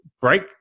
break